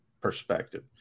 perspective